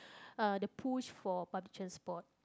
uh the push for public transport